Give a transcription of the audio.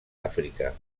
àfrica